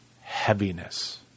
heaviness